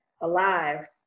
alive